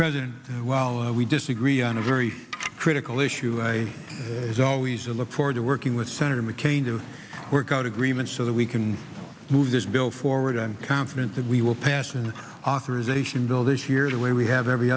president well we disagree on a very critical issue i was always look forward to working with senator mccain to work out agreement so that we can move this bill forward i'm confident that we will pass an authorization bill this year the way we have every